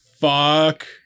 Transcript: Fuck